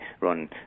run